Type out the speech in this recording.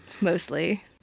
mostly